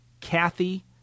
Kathy